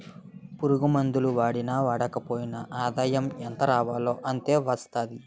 పురుగుమందులు వాడినా వాడకపోయినా ఆదాయం ఎంతరావాలో అంతే వస్తాది